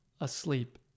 asleep